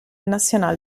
nacional